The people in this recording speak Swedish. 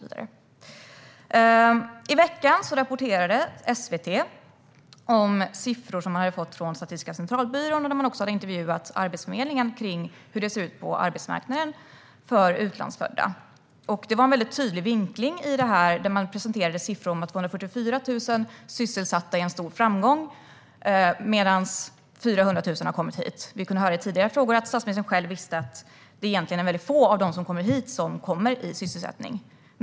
I veckan rapporterade SVT om siffror som man hade fått från Statistiska centralbyrån, och man hade också intervjuat Arbetsförmedlingen om hur det ser ut på arbetsmarknaden för utlandsfödda. Det var en tydlig vinkling i detta. Man presenterade siffran 244 000 sysselsatta som en stor framgång, medan det är 400 000 som har kommit hit. I svar på tidigare frågor kunde vi höra att statsministern visste att det egentligen är väldigt få av dem som kommer hit som kommer i sysselsättning.